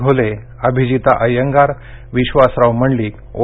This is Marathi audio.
घोले अभिजिता अय्यंगार विश्वासराव मंडलिक ओ